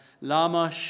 Lama